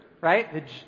right